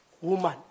woman